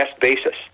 basis